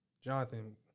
Jonathan